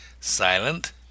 silent